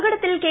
അപകടത്തിൽ കെ